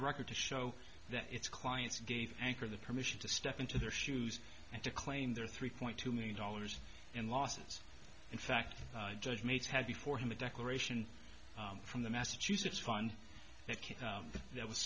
the record to show that its clients gave anchor the permission to step into their shoes and to claim their three point two million dollars in losses in fact judge mates had before him a declaration from the massachusetts fund that